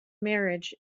marriage